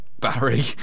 Barry